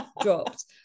dropped